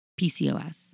PCOS